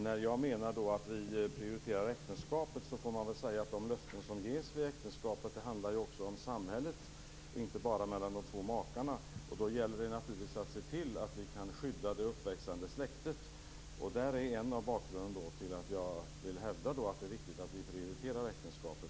När jag säger att vi prioriterar äktenskapet är det för att de löften som ges vid äktenskapet inte bara gäller mellan de två makarna utan också handlar om samhället, och det gäller naturligtvis att se till att vi kan skydda det uppväxande släktet. Det är en bakgrund till att jag vill hävda att det är viktigt att vi prioriterar äktenskapet.